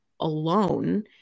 alone